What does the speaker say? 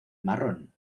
marrón